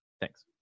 Thanks